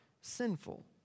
sinful